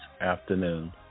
afternoon